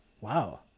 wow